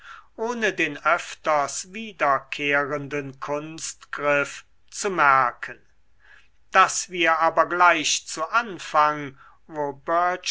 ohne den öfters wiederkehrenden kunstgriff zu merken daß wir aber gleich zu anfang wo